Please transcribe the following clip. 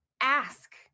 ask